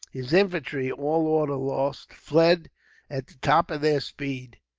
his infantry, all order lost, fled at the top of their speed,